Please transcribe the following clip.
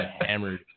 hammered